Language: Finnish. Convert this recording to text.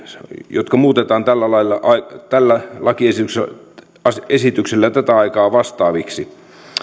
jotka muutetaan tällä lakiesityksellä tätä aikaa vastaaviksi